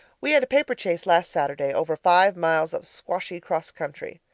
we had a paper chase last saturday over five miles of squashy cross country.